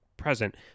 present